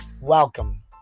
Welcome